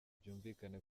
byumvikane